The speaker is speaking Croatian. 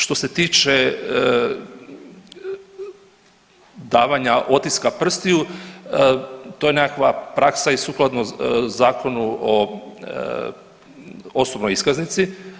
Što se tiče davanja otiska prstiju, to je nekakva praksa i sukladno Zakonu o osobnoj iskaznici.